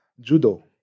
judo